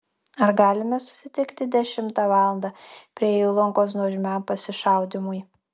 ar galime susitikti dešimtą valandą prie įlankos nuožmiam pasišaudymui